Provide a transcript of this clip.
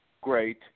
great